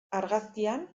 argazkian